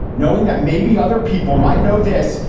knowing that maybe other people might know this?